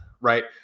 right